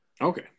okay